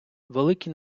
великий